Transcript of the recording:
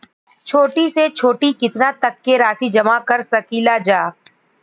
छोटी से छोटी कितना तक के राशि जमा कर सकीलाजा?